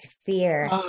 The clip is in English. fear